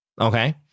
Okay